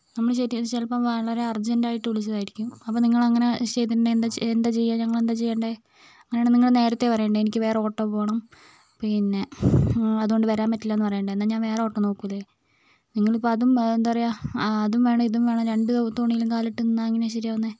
നമ്മള് ചിലപ്പം വളരെ അർജൻറ്റായിട്ട് വിളിച്ചതായിരിക്കും അപ്പം നിങ്ങൾ ഇങ്ങനെ ചെയ്തിട്ടുണ്ടെങ്കിൽ എന്താ ചെയ്യുക ഞങ്ങൾ എന്താണ് ചെയ്യണ്ടത് അങ്ങനെ ആണേൽ നിങ്ങള് നേരത്തേ വരണ്ടേ എനിക്ക് വേറെ ഓട്ടോ പോകണം പിന്നേ അതുകൊണ്ട് വരാൻ പറ്റില്ല എന്ന് പറയണ്ടേ എന്നാൽ ഞാൻ വേറെ ഓട്ടോ നോക്കുവേലെ ഞിങ്ങളിപ്പം അതും എന്താ പറയുക അതും വേണം ഇതും വേണം രണ്ടു തോണിയിലും കാലിട്ട് നിന്നാൽ എങ്ങനെയാണ് ശരിയാകുന്നത്